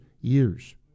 years